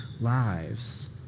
lives